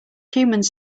humans